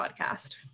podcast